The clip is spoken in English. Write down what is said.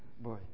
Boy